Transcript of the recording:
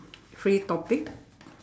free topic